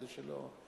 כדי שלא,